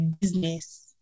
business